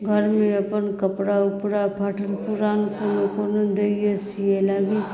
घरमे अपन कपड़ा उपरा फाटल पुरान कोनो कोनो दैए सियै लेल भी